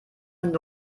einer